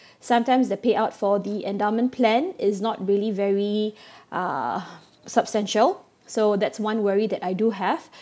sometimes the payout for the endowment plan is not really very uh substantial so that's one worry that I do have